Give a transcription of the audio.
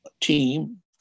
team